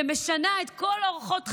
שמשנה את כל אורחות חייו,